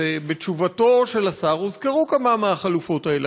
ובתשובתו של השר הוזכרו גם כמה מהחלופות האלה.